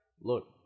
Look